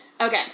Okay